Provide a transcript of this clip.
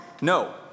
No